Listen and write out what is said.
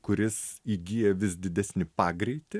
kuris įgyja vis didesnį pagreitį